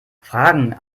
fragen